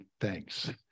Thanks